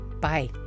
Bye